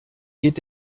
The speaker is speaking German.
geht